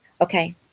Okay